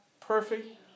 perfect